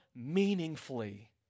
meaningfully